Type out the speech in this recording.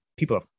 people